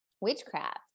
witchcraft